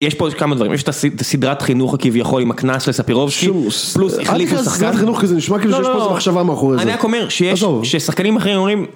יש פה עוד כמה דברים, יש את הסדרת חינוך הכביכול עם הקנס לספירובסקי, פלוס, החליפו שחקן. פלוס, אל תגיד סדרת חינוך, כי זה נשמע כאילו שיש פה מחשבה מאחורי זה. עזוב. אני רק אומר שיש, ששחקנים אחרים אומרים...